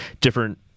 different